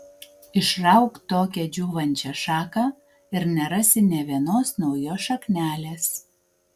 išrauk tokią džiūvančią šaką ir nerasi nė vienos naujos šaknelės